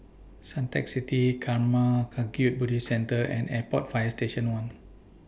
Suntec City Karma Kagyud Buddhist Centre and Airport Fire Station one